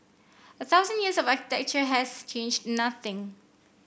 a thousand years of architecture has changed nothing